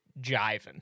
jiving